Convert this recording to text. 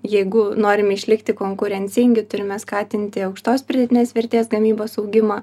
jeigu norime išlikti konkurencingi turime skatinti aukštos pridėtinės vertės gamybos augimą